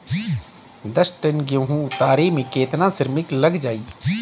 दस टन गेहूं उतारे में केतना श्रमिक लग जाई?